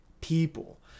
people